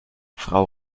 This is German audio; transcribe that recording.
frau